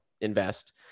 invest